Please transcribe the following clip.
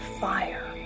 fire